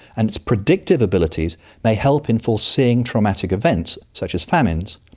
and its predictive abilities may help in foreseeing traumatic events such as famines,